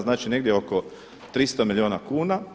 Znači oko 300 milijuna kuna.